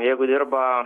jeigu dirba